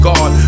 God